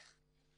אז אל תלך,